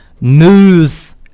news